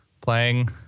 playing